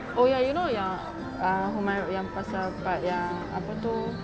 oh ya you know yang err humai~ yang pasal part yang apa tu